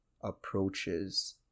approaches